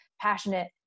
passionate